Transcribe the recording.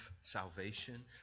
salvation